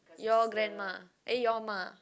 your grandma eh your ma